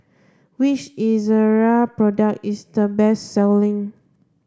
which Ezerra product is the best selling